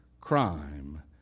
crime